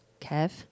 Kev